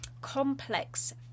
complex